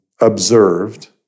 observed